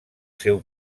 seu